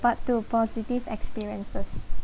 part two positive experiences